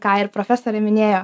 ką ir profesorė minėjo